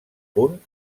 punt